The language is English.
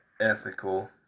ethical